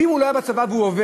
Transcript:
ואם הוא לא היה בצבא והוא עובד,